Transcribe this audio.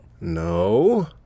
No